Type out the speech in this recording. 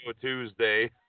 Tuesday